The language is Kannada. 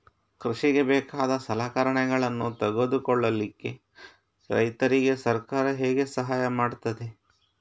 ಕೃಷಿಗೆ ಬೇಕಾದ ಸಲಕರಣೆಗಳನ್ನು ತೆಗೆದುಕೊಳ್ಳಿಕೆ ರೈತರಿಗೆ ಸರ್ಕಾರ ಹೇಗೆ ಸಹಾಯ ಮಾಡ್ತದೆ?